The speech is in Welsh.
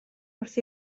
wrth